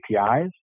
APIs